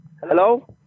Hello